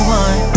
one